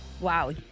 Wow